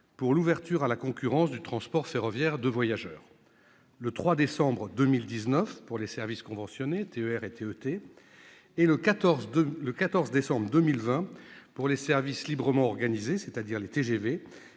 pour l'ouverture à la concurrence du transport ferroviaire de voyageurs : le 3 décembre 2019 pour les services conventionnés, TER et TET ; le 14 décembre 2020 pour les services librement organisés, c'est-à-dire les TGV,